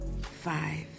five